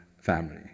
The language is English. family